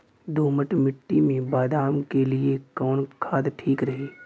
दोमट मिट्टी मे बादाम के लिए कवन खाद ठीक रही?